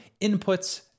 inputs